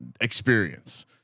experience